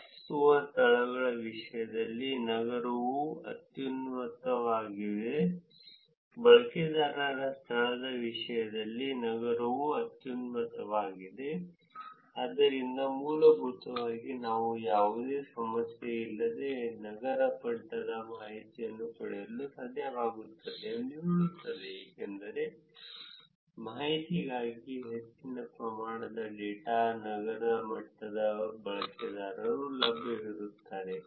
ವಾಸಿಸುವ ಸ್ಥಳಗಳ ವಿಷಯದಲ್ಲಿ ನಗರವು ಅತ್ಯುನ್ನತವಾಗಿದೆ ಬಳಕೆದಾರರ ಸ್ಥಳದ ವಿಷಯದಲ್ಲಿ ನಗರವು ಅತ್ಯುನ್ನತವಾಗಿದೆ ಆದ್ದರಿಂದ ಮೂಲಭೂತವಾಗಿ ನಾವು ಯಾವುದೇ ಸಮಸ್ಯೆಯಿಲ್ಲದೆ ನಗರ ಮಟ್ಟದ ಮಾಹಿತಿಯನ್ನು ಪಡೆಯಲು ಸಾಧ್ಯವಾಗುತ್ತದೆ ಎಂದು ಹೇಳುತ್ತದೆ ಏಕೆಂದರೆ ಮಾಹಿತಿಗಾಗಿ ಹೆಚ್ಚಿನ ಪ್ರಮಾಣದ ಡೇಟಾ ನಗರ ಮಟ್ಟದಲ್ಲಿ ಬಳಕೆದಾರರು ಲಭ್ಯವಿರುತ್ತಾರೆ